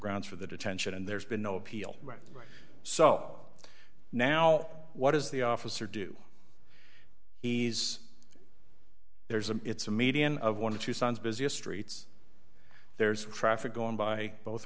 grounds for the detention and there's been no appeal right so now what is the officer do ease there's a it's a median of one or two sons busiest streets there's traffic going by both